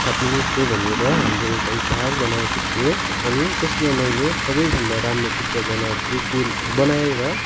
छापिने छु भनेर हाम्रो एउटा उपहार बनाएको थियो अनि त्यसमा मैले सबैभन्दा राम्रो चित्र बनाएको बनाएर